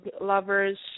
lovers